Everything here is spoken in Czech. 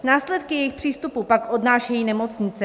Následky jejich přístupu pak odnášejí nemocnice.